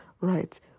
right